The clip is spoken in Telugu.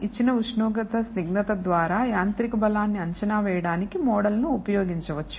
ఇచ్చిన ఉష్ణోగ్రత స్నిగ్ధత ద్వారా యాంత్రిక బలాన్ని అంచనా వేయడానికి మోడల్ను ఉపయోగించవచ్చు